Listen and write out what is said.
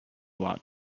lot